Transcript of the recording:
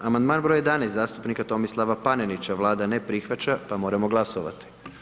Amandman br. 11 zastupnika Tomislava Panenića, Vlada ne prihvaća pa moramo glasovati.